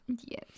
yes